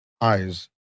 eyes